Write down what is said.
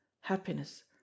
happiness